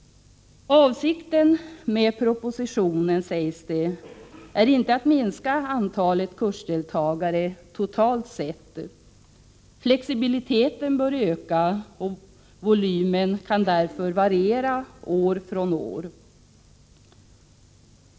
Avsikten med propositionen, sägs det, är inte att minska antalet kursdeltagare totalt sett. Flexibiliteten bör öka, och volymen kan därför variera år för år.